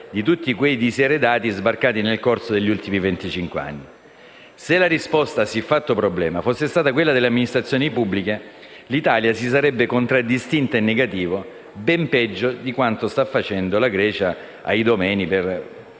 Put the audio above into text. di tutti quei diseredati sbarcati nel corso degli ultimi venticinque anni. Se la risposta a siffatto problema fosse stata quella delle amministrazioni pubbliche, l'Italia si sarebbe contraddistinta in negativo, ben peggio di quanto stia facendo la Grecia a Idomeni (per